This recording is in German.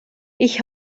ich